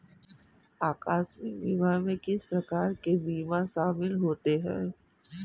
आकस्मिक बीमा में किस प्रकार के बीमा शामिल होते हैं?